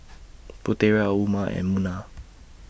Putera Umar and Munah